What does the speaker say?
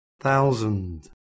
thousand